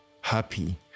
happy